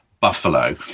buffalo